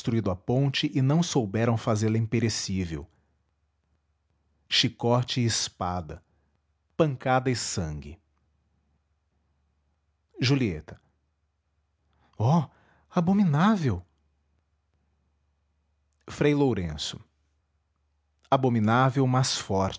construído a ponte e não souberam fazê-la imperecível chicote e espada pancada e sangue julieta oh abominável frei lourenço abominável mas forte